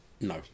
No